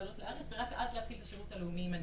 לעלות לארץ ורק אז להתחיל את השירות הלאומי.